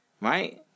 Right